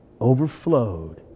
overflowed